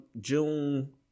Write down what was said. June